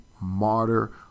martyr